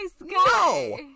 No